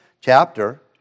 chapter